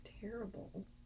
Terrible